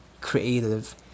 creative